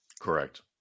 Correct